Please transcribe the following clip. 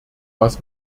was